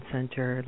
Center